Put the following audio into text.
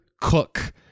cook